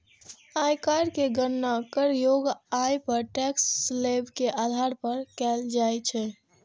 आयकर के गणना करयोग्य आय पर टैक्स स्लेब के आधार पर कैल जाइ छै